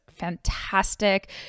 fantastic